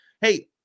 hey